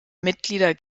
mitglieder